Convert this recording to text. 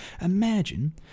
imagine